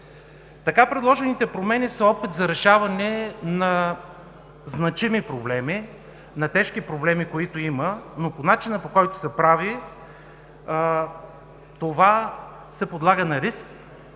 Така предложените промени са опит за решаване на значими проблеми, на тежки проблеми, които има, но по начина, по който се прави, това се подлага на риск